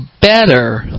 better